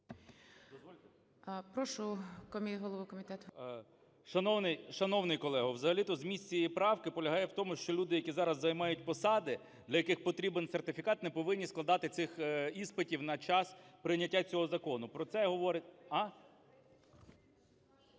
комітету. 13:01:14 КНЯЖИЦЬКИЙ М.Л. Шановний колего взагалі-то зміст цієї правки полягає в тому, що люди, які зараз займають посади, для яких потрібен сертифікат, не повинні складати цих іспитів на час прийняття цього закону. Про це говорить…